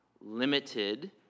limited